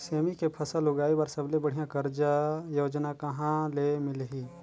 सेमी के फसल उगाई बार सबले बढ़िया कर्जा योजना कहा ले मिलही?